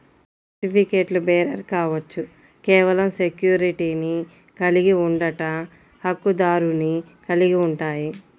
సర్టిఫికెట్లుబేరర్ కావచ్చు, కేవలం సెక్యూరిటీని కలిగి ఉండట, హక్కుదారుని కలిగి ఉంటాయి,